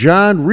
John